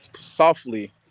softly